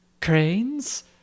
Cranes